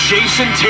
Jason